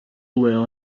were